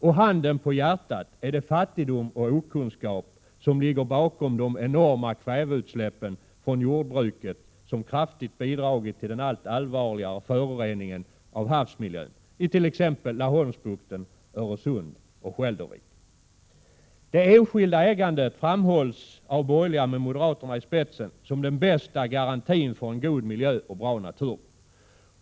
Och handen på hjärtat: Är det fattigdom och okunskap som ligger bakom de enorma kväveutsläppen från jordbruket som kraftigt bidragit till den allt allvarligare föroreningen av havsmiljön it.ex. Laholmsbukten, Öresund och Skälderviken? Det enskilda ägandet framhålls av de borgerliga med moderaterna i spetsen som den bästa garantin för en god miljö och bra natur.